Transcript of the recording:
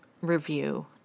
...review